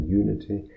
unity